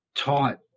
Taught